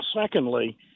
secondly